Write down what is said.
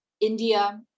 India